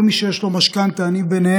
כל מי שיש לו משכנתה, אני ביניהם,